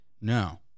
no